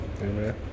Amen